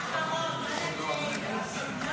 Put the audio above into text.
29 בעד, אין מתנגדים, אין